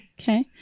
Okay